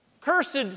Cursed